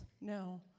No